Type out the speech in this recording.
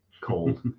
cold